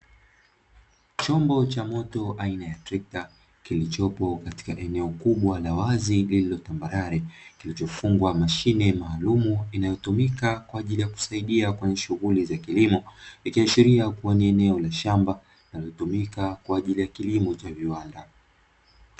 Chombo cha moto aina ya trekta, kilichopo katika eneo kubwa la wazi lililotambarare, kilichofungwa mashine maalumu, inayotumika kwa ajili ya kusaidia kwenye shughuli za kilimo, ikiashiria kuwa ni eneo la shamba linalotumika kwa ajili ya kilimo cha viwanda.